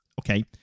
Okay